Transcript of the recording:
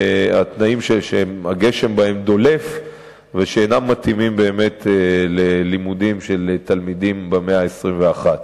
שהגשם דולף בהם והם אינם מתאימים באמת ללימודים של תלמידים במאה ה-21.